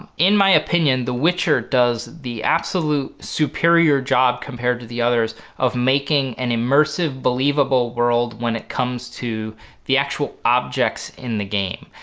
and in my opinion the witcher does the absolute superior job compared to the others of making an immersive believable world when it comes to the actual objects in the game.